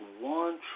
one